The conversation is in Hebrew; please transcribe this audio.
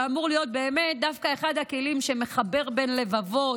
שאמור להיות דווקא אחד הכלים שמחבר בין לבבות,